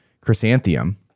Chrysanthemum